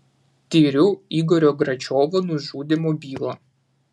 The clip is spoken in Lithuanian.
tiriu igorio gračiovo nužudymo bylą